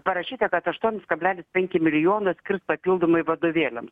parašyta kad aštuonis kablelis penkis milijonus skirs papildomai vadovėliams